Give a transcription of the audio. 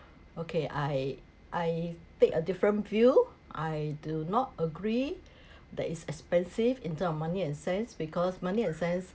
okay I I pick a different view I do not agree that it's expensive in term of money and cents because money and cents money